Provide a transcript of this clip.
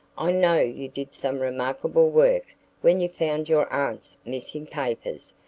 i know you did some remarkable work when you found your aunt's missing papers,